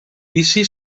vici